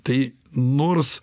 tai nors